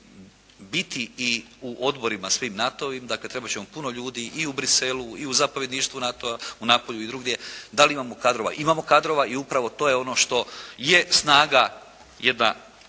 djelatnici biti i u odborima svim NATO-ovim. Dakle, trebat ćemo puno ljudi i u Bruxellesu, i u zapovjedništvu NATO-a, u Napulju i drugdje. Da li imamo kadrova? Imamo kadrova i upravo to je ono što je snaga, jedna